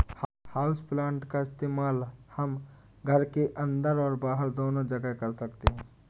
houseplant का इस्तेमाल हम घर के अंदर और बाहर दोनों जगह कर सकते हैं